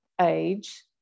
age